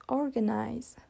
organize